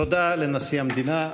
תודה לנשיא המדינה.